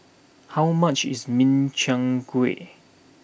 how much is Min Chiang Kueh